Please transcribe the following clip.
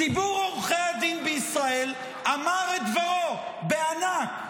ציבור עורכי הדין בישראל אמר את דברו בענק,